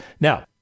Now